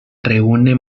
reúne